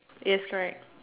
yes correct